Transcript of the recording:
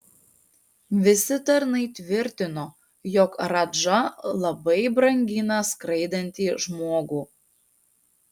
visi tarnai tvirtino jog radža labai brangina skraidantį žmogų